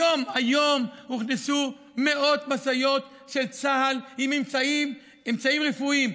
היום הוכנסו מאות משאיות של צה"ל עם אמצעים רפואיים.